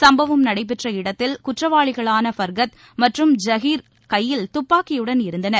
சுப்பவம் நடைபெற்ற இடத்தில் குற்றவாளிகளான ஃபர்கத் மற்றும் ஜகீர் கையில் துபாக்கியுடன் இருந்தனர்